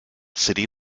city